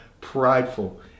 prideful